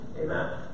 amen